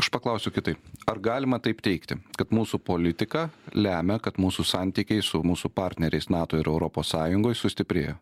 aš paklausiu kitaip ar galima taip teigti kad mūsų politika lemia kad mūsų santykiai su mūsų partneriais nato ir europos sąjungoj sustiprėjo